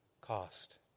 cost